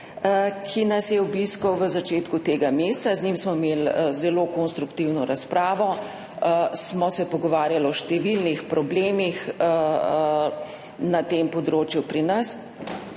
ki nas je obiskal v začetku tega meseca. Z njim smo imeli zelo konstruktivno razpravo. Pogovarjali smo se o številnih problemih na tem področju pri nas,